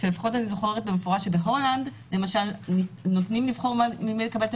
שלפחות אני זוכרת במפורש שבהולנד נותנים לבחור ממי לקבל את